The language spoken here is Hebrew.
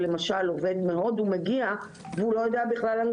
שלמשל מגיע עובד מהודו והוא בכלל לא יודע אנגלית.